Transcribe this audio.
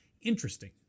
Interesting